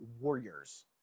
warriors